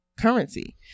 currency